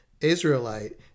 Israelite